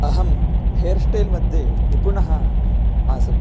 अहं हेरस्टैल् मध्ये निपुणः आसम्